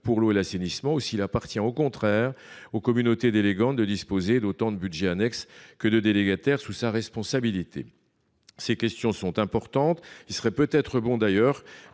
pour l’eau et l’assainissement ou s’il appartient au contraire aux communautés délégantes de disposer d’autant de budgets annexes que de délégataires sous sa responsabilité. Ces questions sont importantes. D’ailleurs, il serait peut être bon qu’un